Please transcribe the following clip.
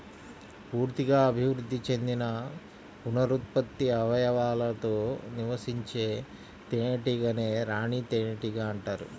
పూర్తిగా అభివృద్ధి చెందిన పునరుత్పత్తి అవయవాలతో నివసించే తేనెటీగనే రాణి తేనెటీగ అంటారు